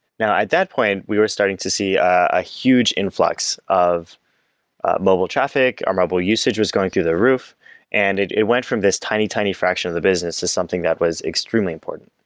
now at that point, we were starting to see a huge influx of mobile traffic. our mobile usage was going through the roof and it it went from this tiny, tiny fraction of the business as something that was extremely important.